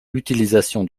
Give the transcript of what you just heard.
l’utilisation